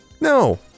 No